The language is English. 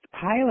pilot